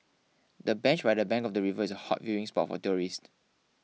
the bench by the bank of the river is a hot viewing spot for tourists